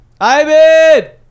Ivan